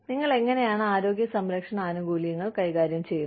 നിങ്ങൾ എങ്ങനെയാണ് ആരോഗ്യ സംരക്ഷണ ആനുകൂല്യങ്ങൾ കൈകാര്യം ചെയ്യുന്നത്